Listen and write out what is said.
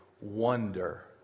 wonder